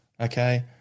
okay